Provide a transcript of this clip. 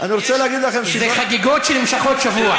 אני רוצה להגיד לכם, זה חגיגות שנמשכות שבוע.